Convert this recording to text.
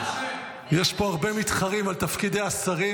יש פה הרבה מתחרים על תפקידי השרים